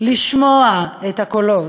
לשמוע את הקולות,